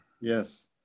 yes